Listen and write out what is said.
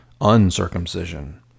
uncircumcision